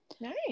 Nice